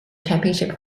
championship